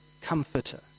comforter